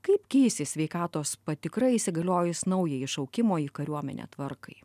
kaip keisis sveikatos patikra įsigaliojus naujajai šaukimo į kariuomenę tvarkai